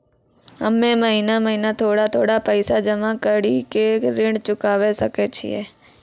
हम्मे महीना महीना थोड़ा थोड़ा पैसा जमा कड़ी के ऋण चुकाबै सकय छियै?